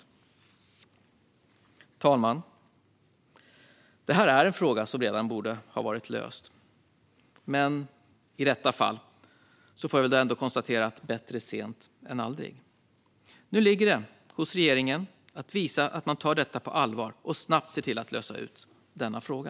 Fru talman! Det här är en fråga som borde ha varit löst redan. Men i detta fall får jag ändå konstatera att det är bättre sent än aldrig. Nu ligger det på regeringen att visa att man tar detta på allvar och snabbt ser till att lösa ut denna fråga.